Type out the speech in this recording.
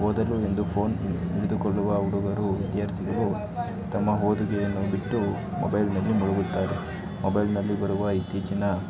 ಓದಲು ಎಂದು ಫೋನ್ ಹಿಡಿ ಹಿಡಿದುಕೊಳ್ಳುವ ಹುಡುಗರು ವಿದ್ಯಾರ್ಥಿಗಳು ತಮ್ಮ ಓದುಗೆಯನ್ನು ಬಿಟ್ಟು ಮೊಬೈಲ್ನಲ್ಲಿ ಮುಳುಗುತ್ತಾರೆ ಮೊಬೈಲ್ನಲ್ಲಿ ಬರುವ ಇತ್ತೀಚಿನ